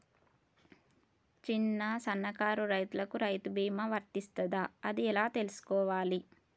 చిన్న సన్నకారు రైతులకు రైతు బీమా వర్తిస్తదా అది ఎలా తెలుసుకోవాలి?